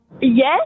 Yes